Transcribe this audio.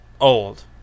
old